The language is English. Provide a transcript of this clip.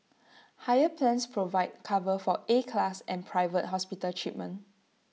higher plans provide cover for A class and private hospital treatment